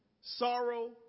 sorrow